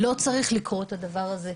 לא צריך לקרות הדבר הזה.